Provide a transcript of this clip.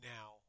Now